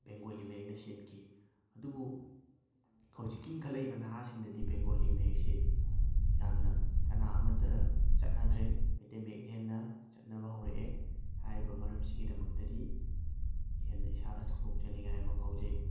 ꯕꯦꯡꯒꯣꯂꯤ ꯃꯌꯦꯛꯅ ꯁꯤꯟꯈꯤ ꯑꯗꯨꯕꯨ ꯍꯧꯖꯤꯛꯀꯤ ꯏꯪꯈꯠꯂꯛꯏꯕ ꯅꯍꯥꯁꯤꯡꯗꯗꯤ ꯕꯦꯡꯒꯣꯂꯤ ꯃꯌꯦꯛꯁꯤ ꯌꯥꯝꯅ ꯀꯅꯥ ꯑꯃꯠꯇ ꯆꯠꯅꯗ꯭ꯔꯦ ꯃꯩꯇꯩ ꯃꯌꯦꯛꯅ ꯍꯦꯟꯅ ꯆꯠꯅꯕ ꯍꯧꯔꯛꯑꯦ ꯍꯥꯏꯔꯤꯕ ꯃꯔꯝꯁꯤꯒꯤꯗꯃꯛꯇꯗꯤ ꯍꯦꯟꯅ ꯏꯁꯥꯗ ꯆꯥꯎꯊꯣꯛꯆꯅꯤꯉꯥꯏ ꯑꯃ ꯐꯥꯎꯖꯩ